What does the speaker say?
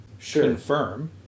confirm